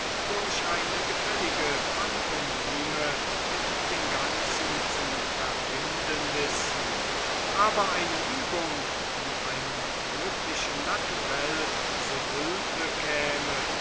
durch eine gefällige pantomime mit dem ganzen zu verbinden wissen aber eine übung die einem glücklichen naturell zu hülfe käme